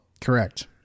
Correct